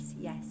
yes